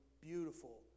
beautiful